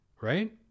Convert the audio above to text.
Right